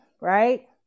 right